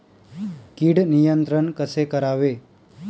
कीड नियंत्रण कसे करावे?